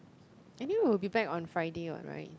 anyway we'll be back on Friday what right